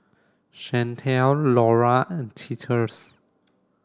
Shanelle Lolla and Titus